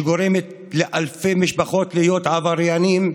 שגורמת לאלפי משפחות להיות עברייניות